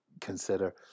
consider